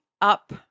up